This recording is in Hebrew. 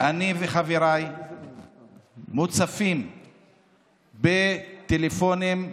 אני וחבריי מוצפים בטלפונים.